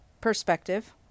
perspective